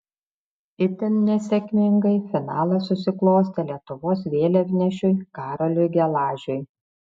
itin nesėkmingai finalas susiklostė lietuvos vėliavnešiui karoliui gelažiui